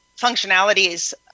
functionalities